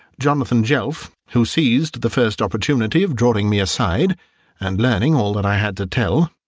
jonathan jelf, who seized the first opportunity of drawing me aside and learning all that i had to tell,